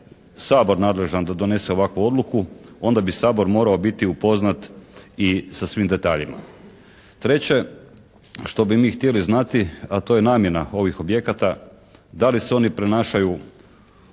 Sabor nadležan da donese ovakvu odluku onda bi Sabor morao biti upoznat i sa svim detaljima. Treće što bi mi htjeli znati, a to je namjena ovih objekata, da li se oni prenašaju